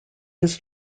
his